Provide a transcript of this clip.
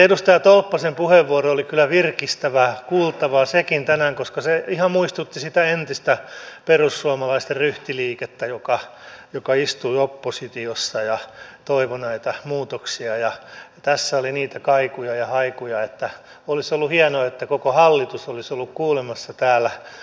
edustaja tolppasen puheenvuoro oli kyllä sekin virkistävää kuultavaa tänään koska se ihan muistutti sitä entistä perussuomalaisten ryhtiliikettä joka istui oppositiossa ja toivoi näitä muutoksia ja tässä oli niitä kaikuja ja haikuja ja olisi ollut hienoa että koko hallitus olisi ollut kuulemassa täällä